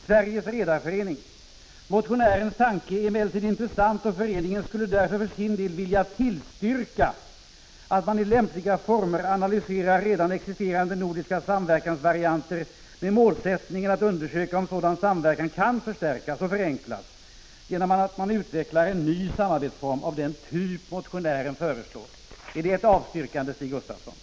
Sveriges redareförening: ”Motionärens tanke är emellertid intressant och föreningen skulle därför för sin del vilja tillstyrka att man i lämpliga former analyserar redan existerande nordiska samverkansvarianter med målsättningen att undersöka om sådan samverkan kan förstärkas och förenklas genom att man utvecklar en ny samarbetsform av den typ motionären föreslår.” Är det ett avstyrkande, Stig Gustafsson?